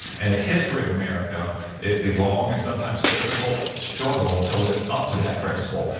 and the history of america is the long and sometimes difficult struggle to live up to that principle.